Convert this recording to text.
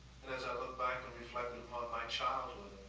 and as i looked back and reflected upon my childhood,